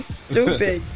stupid